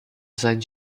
sein